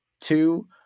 two